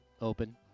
Open